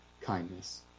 kindness